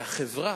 והחברה,